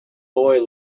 boy